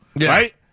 right